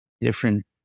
different